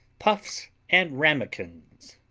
puffs and ramekins